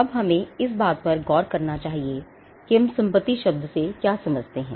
अब हमें इस बात पर गौर करना चाहिए कि हम संपत्ति शब्द से क्या समझते रखते हैं